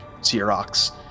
Xerox